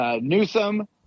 Newsom